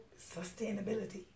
sustainability